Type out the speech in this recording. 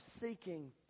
seeking